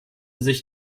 sich